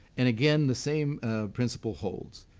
and again, the same principal holds.